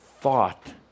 thought